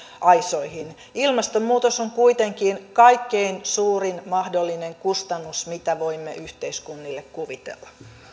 aisoihin ilmastonmuutos on kuitenkin kaikkein suurin mahdollinen kustannus mitä voimme yhteiskunnille kuvitella